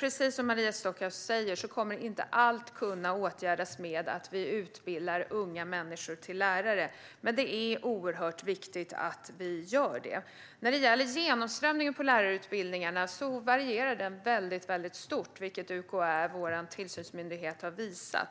Precis som Maria Stockhaus säger kommer inte allt att kunna åtgärdas med att vi utbildar unga människor till lärare. Men det är oerhört viktigt att vi gör det. Genomströmningen i lärarutbildningarna varierar stort, vilket vår tillsynsmyndighet UKÄ har visat.